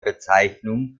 bezeichnung